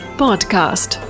podcast